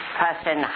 person